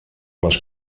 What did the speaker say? les